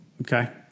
Okay